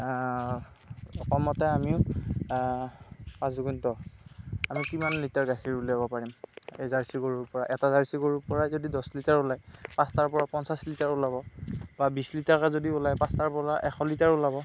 অকমতে আমিও পাঁচ দুগুণ দহ আমি কিমান লিটাৰ গাখীৰ উলিয়াব পাৰিম এই জাৰ্চি গৰুৰ পৰা এটা জাৰ্চি গৰুৰ পৰাই যদি দছ লিটাৰ ওলায় পাঁচটাৰ পৰা পঞ্চাছ লিটাৰ ওলাব বা বিছ লিটাৰকে যদি ওলায় পাঁচটাৰ পৰা এশ লিটাৰ ওলাব